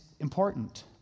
important